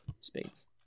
spades